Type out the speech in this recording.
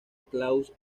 claus